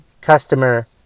customer